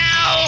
Now